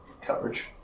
coverage